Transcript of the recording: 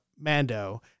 Mando